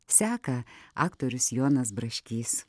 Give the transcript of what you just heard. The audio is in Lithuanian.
seka aktorius jonas braškys